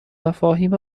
مفاهیم